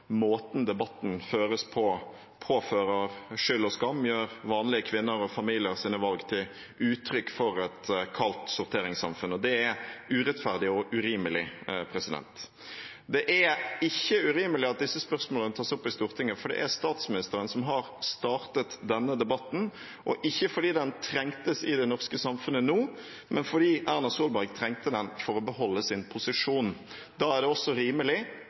måten debatten føres på, påfører skyld og skam og gjør vanlige kvinner og familiers valg til uttrykk for et kaldt sorteringssamfunn, og det er urettferdig og urimelig. Det er ikke urimelig at disse spørsmålene tas opp i Stortinget, for det er statsministeren som har startet denne debatten – ikke fordi den trengtes i det norske samfunnet nå, men fordi Erna Solberg trengte den for å beholde sin posisjon. Da er det også rimelig